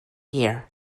year